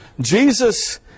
Jesus